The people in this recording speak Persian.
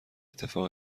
اتفاق